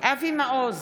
אבי מעוז,